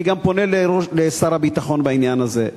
אני גם פונה לשר הביטחון בעניין הזה.